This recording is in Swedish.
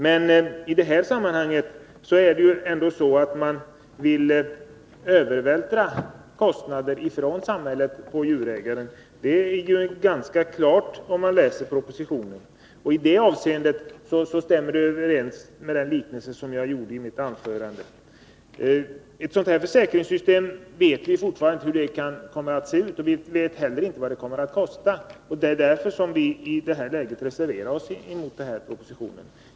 Men i detta sammanhang är det ändå så, att man vill övervältra kostnader från samhället på djurägarna. Det framgår ganska klart av propositionen. I det avseendet stämmer den liknelse som jag gör i mitt anförande rätt väl. Vi vet inte hur ett försäkringssystem kommer att se ut, och vi vet inte heller vad det kommer att kosta. Det är därför vi har reserverat oss mot utskottets hemställan.